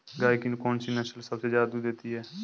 गाय की कौनसी नस्ल सबसे ज्यादा दूध देती है?